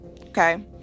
okay